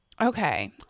Okay